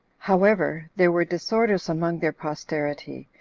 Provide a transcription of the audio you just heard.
however, there were disorders among their posterity,